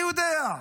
אני יודע.